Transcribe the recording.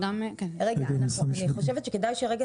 גם המשפחות שגרות